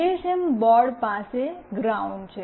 GSM board પાસે ground છે